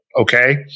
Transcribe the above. okay